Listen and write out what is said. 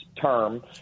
term